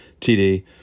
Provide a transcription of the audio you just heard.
TD